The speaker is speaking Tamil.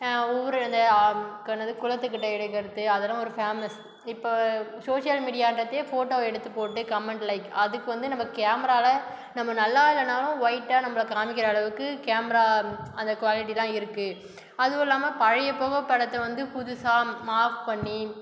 ஊர்ரந்து க என்னது குளத்துக்கிட்டே எடுக்கிறது அதுலா ஒரு ஃபேமஸ் இப்போ சோசியல் மீடியான்றதே போட்டோ எடுத்து போட்டு கமெண்ட் லைக் அதுக்கு வந்து நம்ம கேமராவால் நம்ம நல்லா இல்லைனாலும் ஒயிட்டா நம்மள காமிக்கின்ற அளவுக்கு கேமரா அந்த குவாலிட்டிலா இருக்குது அதுவும் இல்லாமல் பழைய புகைபடத்தை வந்து புதுசாக மாஃப் பண்ணி